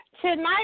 Tonight